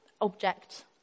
object